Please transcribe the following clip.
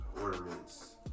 ornaments